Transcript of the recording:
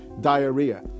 diarrhea